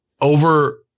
over